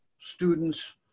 students